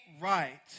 right